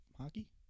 hockey